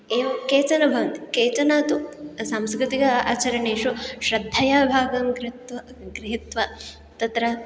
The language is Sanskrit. एवं केचन भवन्ति केचन तु सांस्कृतिक आचरणेषु श्रद्धया भागं कृत्वा गृहीत्वा तत्र